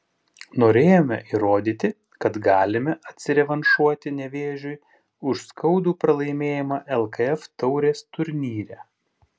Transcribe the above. norėjome įrodyti kad galime atsirevanšuoti nevėžiui už skaudų pralaimėjimą lkf taurės turnyre